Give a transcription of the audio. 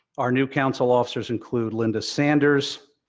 our new council officers include linda sanders,